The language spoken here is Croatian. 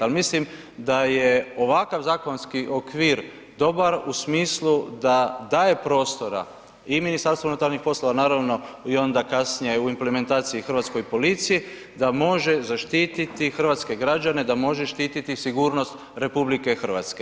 Ali, mislim da je ovakav zakonski okvir dobar u smislu da daje prostora i MUP-u, naravno, i onda kasnije u implementaciji hrvatskoj policiji, da može zaštititi hrvatske građane, da može štiti sigurnost RH.